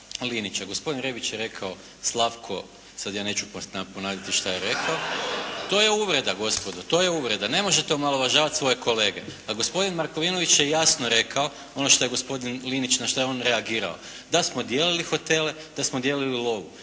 Linića. Gospodin Rebić je rekao Slavko, sada ja neću ponavljati šta je rekao, to je uvreda gospodo. To je uvreda. Ne možete omalovažavati svoje kolege. A gospodin Markovinović je jasno rekao ono što je gospodin Linić na što je on reagirao, da smo dijelili hotele, da smo dijelili lovu.